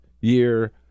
year